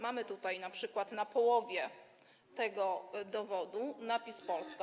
Mamy np. na połowie tego dowodu napis „Polska”